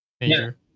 major